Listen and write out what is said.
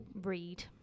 read